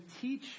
teach